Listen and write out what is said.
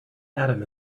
adam